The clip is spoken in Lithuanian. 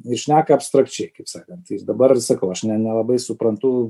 ir šneka abstrakčiai kaip sakant ir dabar sakau aš ne nelabai suprantu